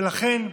ולכן,